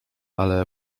ale